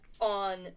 on